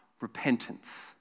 repentance